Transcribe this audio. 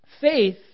Faith